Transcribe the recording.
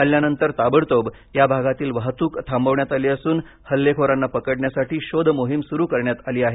हल्ल्यानंतर ताबडतोब या भागातील वाहतूक थांबवण्यात आली असून हल्लेखोरांना पकडण्यासाठी शोध मोहीम सुरू करण्यात आली आहे